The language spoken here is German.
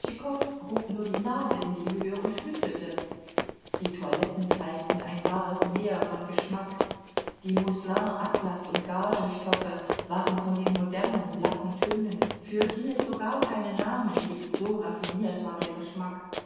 nur die nase in die höhe und schnüffelte die toiletten zeigten ein wahres meer von geschmack die mousseline atlas und gazestoffe waren von den modernen blassen tönen für die es sogar keine namen gibt so raffiniert war der geschmack